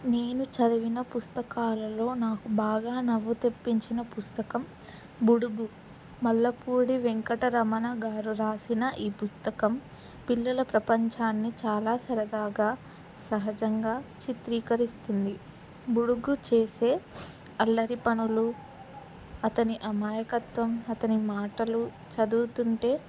నేను చదివిన పుస్తకాలలో నాకు బాగా నవ్వు తెెప్పించిన పుస్తకం బుడుగు మల్లపూడి వెంకటరమణ గారు రాసిన ఈ పుస్తకం పిల్లల ప్రపంచాన్ని చాలా సరదాగా సహజంగా చిత్రీకరిస్తుంది బుడుగు చేసే అల్లరి పనులు అతని అమాయకత్వం అతని మాటలు చదువుతుంటే